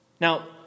Now